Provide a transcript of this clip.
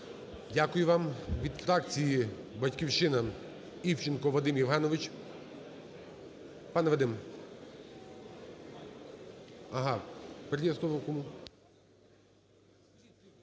Дякую вам. Від фракції "Батьківщина" Івченко Вадим Євгенович.